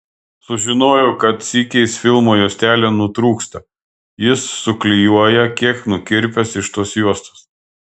sužinojau kad sykiais filmo juostelė nutrūksta jis suklijuoja kiek nukirpęs iš tos juostos